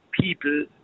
people